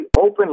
open